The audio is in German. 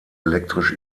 elektrisch